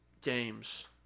games